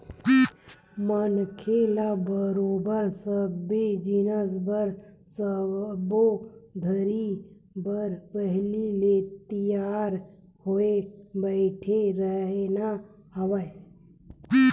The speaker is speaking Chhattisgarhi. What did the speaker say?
मनखे ल बरोबर सबे जिनिस बर सब्बो घरी बर पहिली ले तियार होय बइठे रहिना हवय